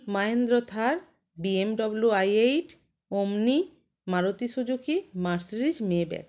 Mahendra Thar BMW I eight Omni Maruti Suzuki Mercedes Maybach